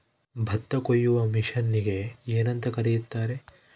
ಭತ್ತ ಕೊಯ್ಯುವ ಮಿಷನ್ನಿಗೆ ಏನಂತ ಕರೆಯುತ್ತಾರೆ?